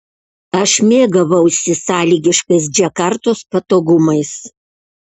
aš mėgavausi sąlygiškais džakartos patogumais